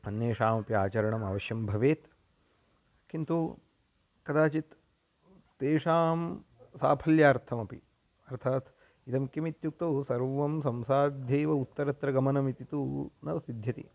अन्येषामपि आचरणम् अवश्यं भवेत् किन्तु कदाचित् तेषां साफल्यार्थमपि अर्थात् इदं किम् इत्युक्तौ सर्वं संसाध्यैव उत्तरत्र गमनमिति तु न सिद्ध्यति